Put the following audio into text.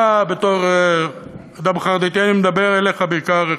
אני מדבר אליך בעיקר,